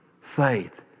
faith